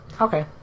Okay